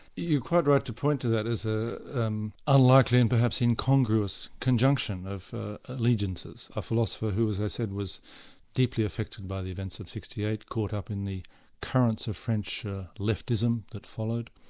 you're quite right to point to that as ah an unlikely and perhaps incongruous conjunction of allegiances, a philosopher who, as i said, was deeply affected by the events of sixty eight, caught up in the currents of french leftism that followed.